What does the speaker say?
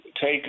take